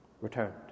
returned